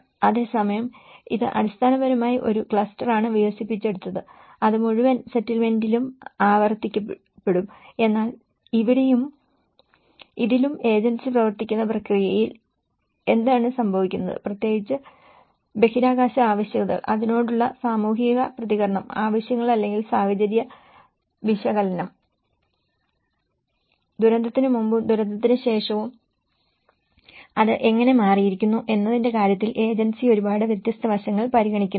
അതേസമയം ഇത് അടിസ്ഥാനപരമായി ഒരു ക്ലസ്റ്ററാണ് വികസിപ്പിച്ചെടുത്തത് അത് മുഴുവൻ സെറ്റിൽമെന്റിലും ആവർത്തിക്കപ്പെടും എന്നാൽ ഇവിടെയും ഇതിലും ഏജൻസി പ്രവർത്തിക്കുന്ന പ്രക്രിയയിൽ എന്താണ് സംഭവിക്കുന്നത് പ്രത്യേകിച്ച് ബഹിരാകാശ ആവശ്യകതകൾ അതിനോടുള്ള സാമുദായിക പ്രതികരണം ആവശ്യങ്ങൾ അല്ലെങ്കിൽ സാഹചര്യ വിശകലനം ദുരന്തത്തിന് മുമ്പും ദുരന്തത്തിന് ശേഷവും അത് എങ്ങനെ മാറിയിരിക്കുന്നു എന്നതിന്റെ കാര്യത്തിൽ ഏജൻസി ഒരുപാട് വ്യത്യസ്ത വശങ്ങൾ പരിഗണിക്കുന്നില്ല